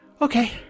okay